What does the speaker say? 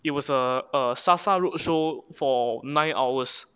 it was a a Sasa roadshow for nine hours